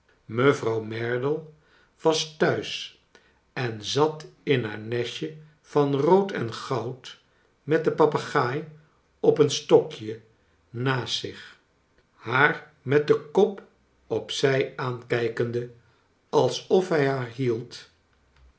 mevrouw merdle was thuis en zat in haar nestje van rood en goud met den papegaai op een stokje naast zioh haar met den kop op zij aankijkende als of hij haar hield